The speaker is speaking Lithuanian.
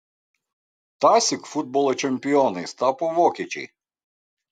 tąsyk futbolo čempionais tapo vokiečiai